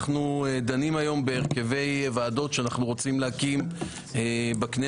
אנחנו דנים היום בהרכבי ועדות שאנחנו רוצים להקים בכנסת,